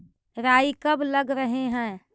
राई कब लग रहे है?